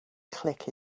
click